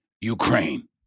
Ukraine